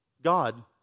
God